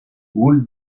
would